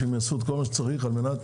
שיעשו כל מה שצריך על מנת